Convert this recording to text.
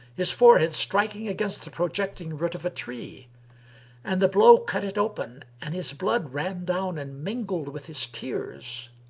his forehead striking against the projecting root of a tree and the blow cut it open and his blood ran down and mingled with his tears